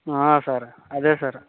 ಹಾಂ ಸರ್ ಅದೇ ಸರ್